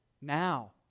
now